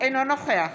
אינו נוכח